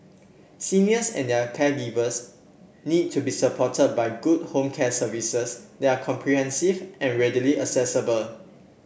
seniors and their caregivers need to be supported by good home care services that are comprehensive and readily accessible